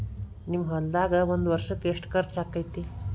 ನಿಮ್ಮ ಹೊಲ್ದಾಗ ಒಂದ್ ವರ್ಷಕ್ಕ ಎಷ್ಟ ಖರ್ಚ್ ಆಕ್ಕೆತಿ?